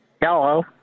Hello